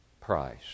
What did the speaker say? price